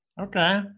Okay